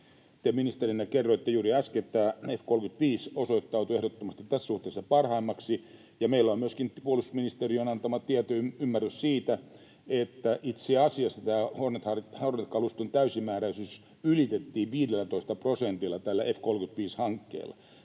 ministerinä kerroitte juuri äsken, että tämä F-35 osoittautui ehdottomasti tässä suhteessa parhaimmaksi, ja meillä on myöskin puolustusministeriön antama tieto ja ymmärrys siitä, että itse asiassa tämä Hornet-kaluston täysimääräisyys ylitettiin 15 prosentilla tällä F-35-hankkeella.